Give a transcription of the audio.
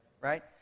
Right